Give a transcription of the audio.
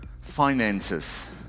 finances